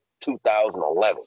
2011